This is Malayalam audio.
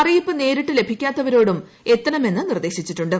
അറിയിപ്പ് നേരിട്ട് ലഭിക്കാത്തവരോടും എത്തണമെന്ന് നിർദ്ദേശിച്ചിട്ടുണ്ട്